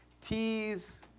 T's